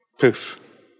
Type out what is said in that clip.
poof